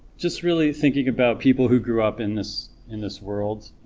just really thinking about people who grew up in this in this world